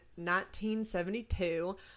1972